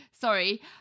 Sorry